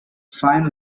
fine